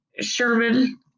Sherman